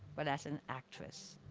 but as an actress.